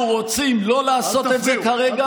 ואנחנו רוצים לא לעשות את זה כרגע,